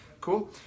Cool